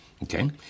Okay